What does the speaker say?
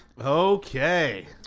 Okay